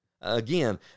Again